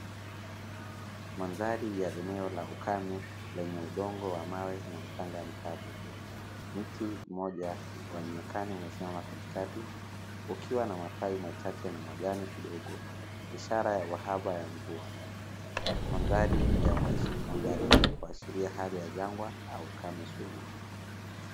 Mandhari ya eneo la ukame lenye udongo wa mawe na mchanga mkavu, mti mmoja waonekana umesimama katikati ukiwa na matawi machache na majani kidogo ishara ya uhaba wa mvua, mandhari hii yawasilia hali ya jangwa au ukame sugu.